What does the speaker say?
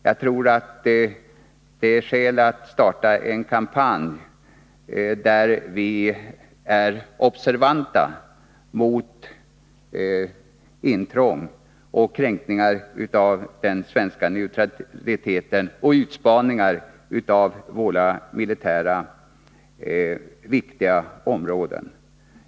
Jag tror att det finns skäl att vi startar en kampanj för att göra människorna observanta på intrång, kränkningar av den svenska neutraliteten och utspaningar av våra viktiga militära områden.